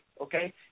okay